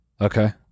okay